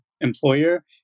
employer